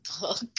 book